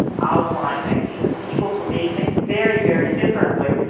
outlying ideas, people who may think very, very differently.